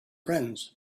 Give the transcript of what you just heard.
friends